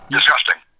Disgusting